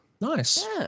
Nice